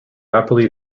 rapidly